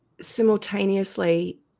simultaneously